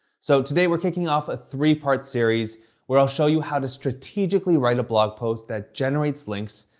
so today we're kicking off a three-part series where i'll show you how to strategically write a blog post that generates links.